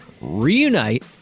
reunite